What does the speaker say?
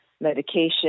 medication